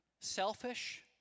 selfish